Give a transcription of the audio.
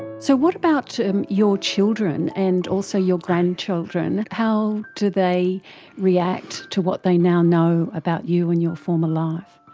so what about um your children and also your grandchildren? how do they react to what they now know about you and your former life?